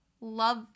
love